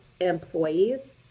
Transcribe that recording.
employees